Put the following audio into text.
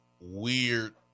weird